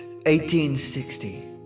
1860